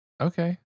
Okay